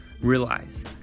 Realize